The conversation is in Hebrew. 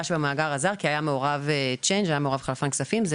שבמאגר עזר כי היה מעורב בה חלפן כספים,